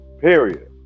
period